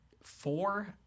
four